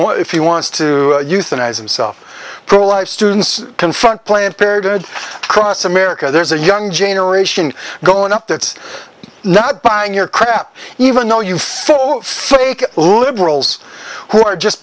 want if he wants to euthanize himself pro life students confront planned parenthood across america there's a young generation growing up that's not buying your crap even though you for sake of liberals who are just